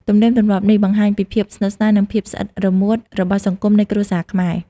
ទំនៀមទម្លាប់នេះ បង្ហាញពីភាពស្និទ្ធស្នាល និងភាពស្អិតរមួតរបស់សង្គមនៃគ្រួសារខ្មែរ។